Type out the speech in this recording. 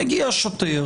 מגיע שוטר.